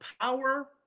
power